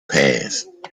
passed